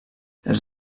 les